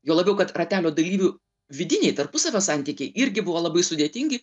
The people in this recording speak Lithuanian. juo labiau kad ratelio dalyvių vidiniai tarpusavio santykiai irgi buvo labai sudėtingi